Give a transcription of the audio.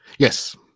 Yes